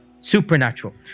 supernatural